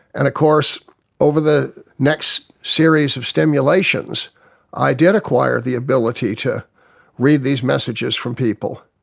and of course over the next series of stimulations i did acquire the ability to read these messages from people,